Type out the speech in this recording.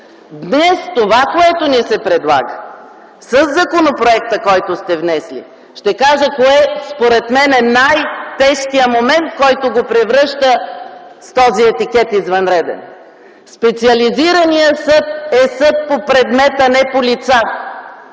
Днес това, което ни се предлага със законопроекта, който сте внесли, ще кажа кое според мен е най-тежкият момент, който го превръща с този етикет „извънреден”. Специализираният съд е съд по предмет, а не по лица.